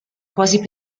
quasi